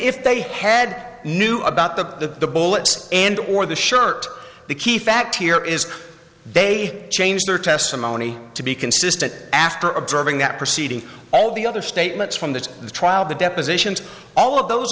if they had knew about the bullets and or the shirt the key fact here is they changed their testimony to be consistent after observing that proceeding all the other statements from the trial the depositions all of those